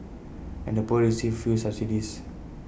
and the poor received few subsidies